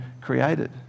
created